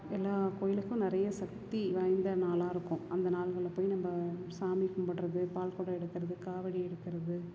எல்லாக் கோயிலுக்கும் நிறைய சக்தி வாய்ந்த நாளாக இருக்கும் அந்த நாள்களில் போய் நம்ம சாமி கும்பிட்றது பால் குடம் எடுக்கிறது காவடி எடுக்கிறது